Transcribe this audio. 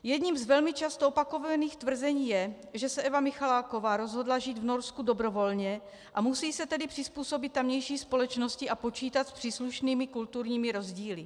Jedním z velmi často opakovaných tvrzení je, že se Eva Michaláková rozhodla žít v Norsku dobrovolně, a musí se tedy přizpůsobit tamější společnosti a počítat s příslušnými kulturními rozdíly.